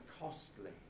costly